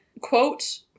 quote